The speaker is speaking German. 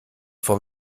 vom